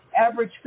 average